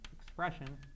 expression